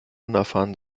unerfahren